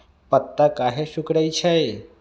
पत्ता काहे सिकुड़े छई?